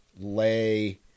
lay